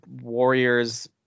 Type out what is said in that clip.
warriors